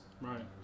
Right